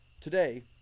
Today